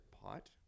pot